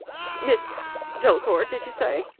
miss delacour, did you say?